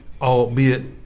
albeit